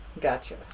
Gotcha